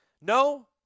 No